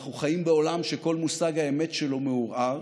אנחנו חיים בעולם שכל מושג האמת שלו מעורער.